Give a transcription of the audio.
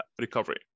recovery